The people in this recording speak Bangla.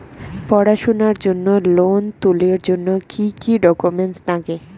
পড়াশুনার জন্যে লোন তুলির জন্যে কি কি ডকুমেন্টস নাগে?